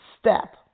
step